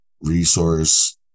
resource